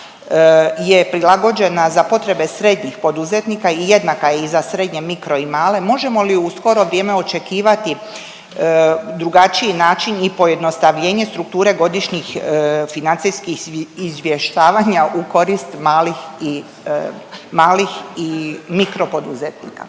je prilagođena za potrebe srednjih poduzetnika i jednaka je i za srednje, mikro i male, možemo li u skoro vrijeme očekivati drugačiji način i pojednostavljenje strukture godišnjih financijskih izvještavanja u korist malih i, malih i mikro poduzetnika?